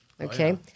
okay